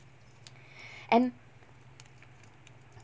and